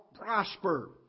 prosper